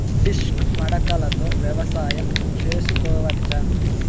Disc మడకలతో వ్యవసాయం చేసుకోవచ్చా??